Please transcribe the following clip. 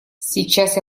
сейчас